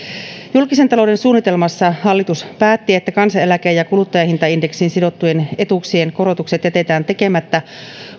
julkisen talouden suunnitelmassa hallitus päätti että kansaneläke ja kuluttajahintaindeksiin sidottujen etuuksien korotukset jätetään tekemättä